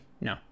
no